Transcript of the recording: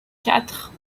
quatre